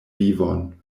vivon